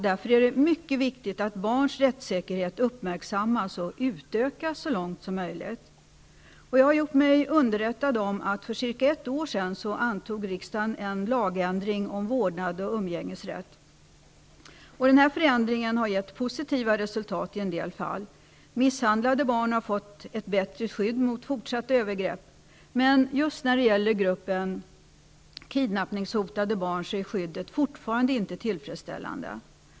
Därför är det mycket viktigt att barns rättssäkerhet uppmärksammas och utökas så långt som möjligt. Jag har blivit underrättad om att riksdagen för ett år sedan antog en lagändring i fråga om vårdnad och umgängesrätt. Den förändringen har gett positiva resultat i en del fall. Misshandlade barn har fått bättre skydd mot fortsatta övergrepp. Men när det gäller gruppen kidnappningshotade barn är skyddet fortfarande inte tillfredsställande.